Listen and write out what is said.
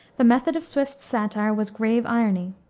the method of swift's satire was grave irony.